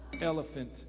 elephant